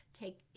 take